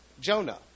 Jonah